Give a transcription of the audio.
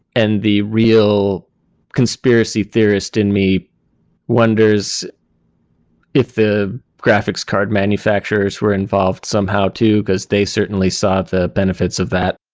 and the real conspiracy theorist in me wonders if the graphics card manufacturers were involved somehow too, because they certainly saw the benefits of that.